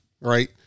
right